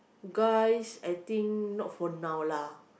guys I think not for now lah